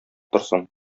торсын